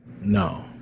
no